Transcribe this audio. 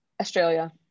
Australia